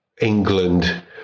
England